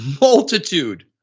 multitude